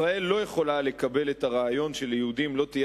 ישראל לא יכולה לקבל את הרעיון שליהודים לא תהיה